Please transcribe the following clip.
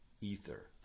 ether